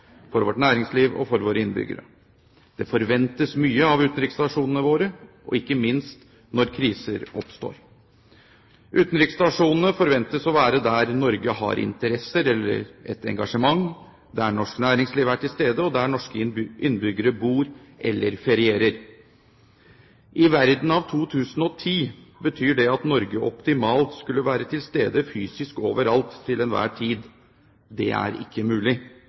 for Norge av mange grunner, og de ivaretar en lang rekke oppgaver på vegne av den norske stat, vårt næringsliv og våre innbyggere. Det forventes mye av utenriksstasjonene våre, ikke minst når kriser oppstår. Utenriksstasjonene forventes å være der Norge har interesser eller et engasjement, der norsk næringsliv er til stede og der norske innbyggere bor eller ferierer. I verden av 2010 betyr det at Norge optimalt skulle være til stede fysisk overalt til enhver